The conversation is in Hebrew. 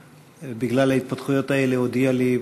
בגלל ההתפתחויות האלה הודיע לי,